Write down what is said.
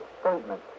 statement